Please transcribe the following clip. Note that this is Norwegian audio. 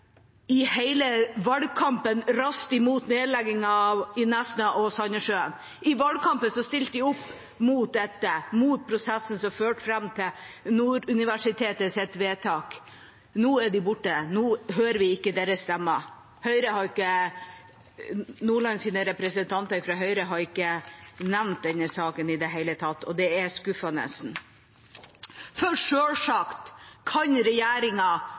i hele valgkampen raste mot nedleggingen i Nesna og Sandnessjøen? I valgkampen stilte de opp mot dette, mot prosessen som førte fram til vedtaket til Nord universitet. Nå er de borte, nå hører vi ikke deres stemmer. Nordlands representanter fra Høyre har ikke nevnt denne saken i det hele tatt, og det er skuffende. Sjølsagt kan regjeringa